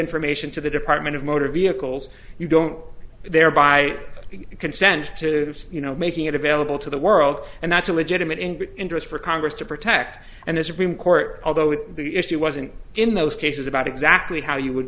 information to the department of motor vehicles you don't thereby consent to you know making it available to the world and that's a legitimate in the interest for congress to protect and as supreme court although the issue wasn't in those cases about exactly how you would